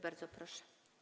Bardzo proszę.